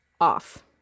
off